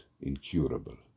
incurable